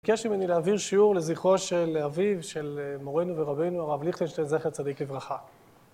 ביקש ממני להעביר שיעור לזכרו של אביו, של מורינו ורבינו, הרב ליכטינשטיין זכר צדיק לברכה.